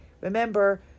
Remember